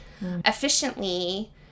efficiently